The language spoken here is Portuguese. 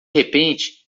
repente